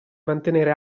mantenere